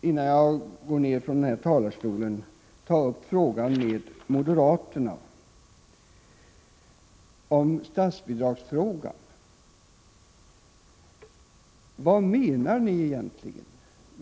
Innan jag lämnar talarstolen skulle jag återigen med moderaterna vilja ta upp statsbidragsfrågan. Vad menar ni egentligen?